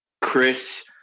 Chris